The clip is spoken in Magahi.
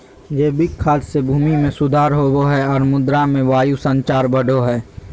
जैविक खाद से भूमि में सुधार होवो हइ और मृदा में वायु संचार बढ़ो हइ